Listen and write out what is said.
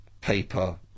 paper